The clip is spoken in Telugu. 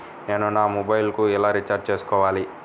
నేను నా మొబైల్కు ఎలా రీఛార్జ్ చేసుకోవాలి?